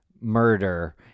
murder